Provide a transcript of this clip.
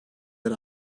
yer